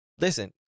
listen